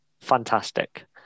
fantastic